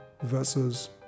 versus